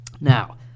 Now